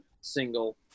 single